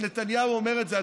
שנתניהו אומר את זה,